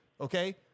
okay